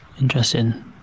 Interesting